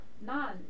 None